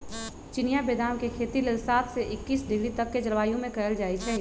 चिनियाँ बेदाम के खेती लेल सात से एकइस डिग्री तक के जलवायु में कएल जाइ छइ